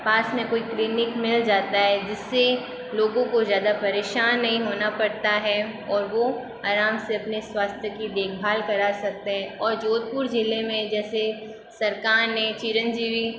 पास में कोई क्लिनिक मिल जाता है जिससे लोगों को ज़्यादा परेशान नहीं होना पड़ता है और वो आराम से अपने स्वास्थ्य की देखभाल करा सकते है और जोधपुर जिले में जैसे सरकार ने चिरंजीवी